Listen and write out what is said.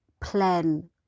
plan